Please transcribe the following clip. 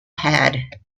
had